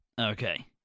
Okay